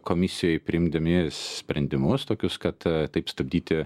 komisijoj priimdami sprendimus tokius kad taip stabdyti